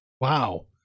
Wow